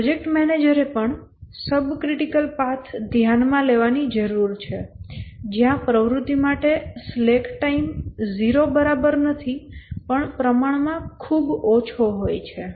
project મેનેજરે પણ subcritical path ધ્યાનમાં લેવાની જરૂર છે જ્યાં પ્રવૃત્તિ માટે સ્લેક ટાઇમ બરાબર 0 નથી પણ પ્રમાણ માં ખૂબ ઓછો હોય છે